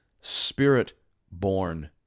spirit-born